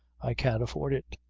i can't afford it.